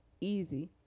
easy